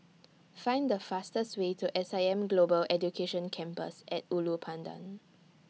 Find The fastest Way to S I M Global Education Campus At Ulu Pandan